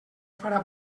farà